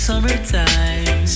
Summertime